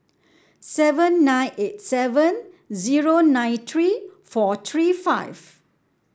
seven nine eight seven zero nine three four three five